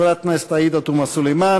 חברת הכנסת עאידה תומא סלימאן.